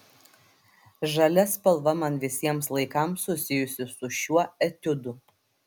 žalia spalva man visiems laikams susijusi su šiuo etiudu